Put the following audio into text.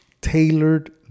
tailored